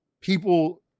People